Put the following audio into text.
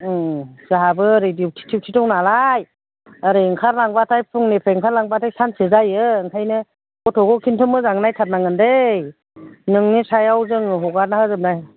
ओम जाहाबो ओरै डिउटि थिउथि दं नालाय ओरै ओंखारलांब्लाथाय फुंनिफ्राय ओंखारलांब्लाथाय सानसे जायो ओंखायनो गथ'खौ खिन्थु मोजाङै नायथारनांगोन दै नोंनि सायाव जोङो हगारना होगोन